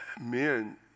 men